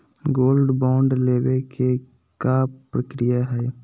Gold bond लेवे के का प्रक्रिया हई?